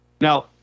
Now